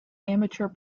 amateur